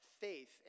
faith